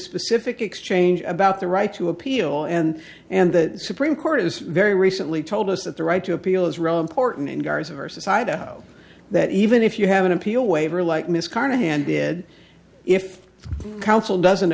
specific exchange about the right to appeal and and the supreme court is very recently told us that the right to appeal is realm porton in garza versus idaho that even if you have an appeal waiver like miss carnahan did if counsel doesn't